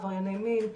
עברייני מין,